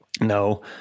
No